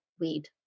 weed